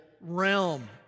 realm